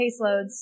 caseloads